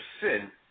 sin